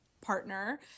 partner